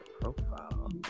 profile